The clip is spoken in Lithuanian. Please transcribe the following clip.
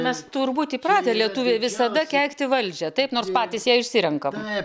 mes turbūt įpratę lietuviai visada keikti valdžią taip nors patys ją išsirenkam